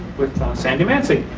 with sandy mansi.